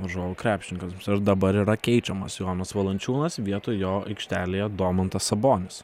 varžovų krepšininkams ir dabar yra keičiamas jonas valančiūnas vietoj jo aikštelėje domantas sabonis